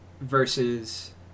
versus